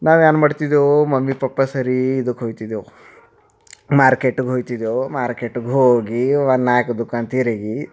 ನಾವು ಏನ್ ಮಾಡ್ತಿದ್ದೆವು ಮಮ್ಮಿ ಪಪ್ಪ ಸೇರಿ ಇದಕ್ಕೆ ಹೊಯ್ತಿದೆವು ಮಾರ್ಕೆಟ್ಗೆ ಹೊಯ್ತಿದ್ದೆವು ಮಾರ್ಕೆಟ್ಗೆ ಹೋಗಿ ಒಂದು ನಾಲ್ಕು ದುಖಾನ್ ತಿರುಗಿ